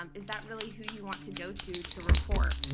um is that really who you want to go to to report?